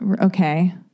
Okay